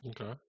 Okay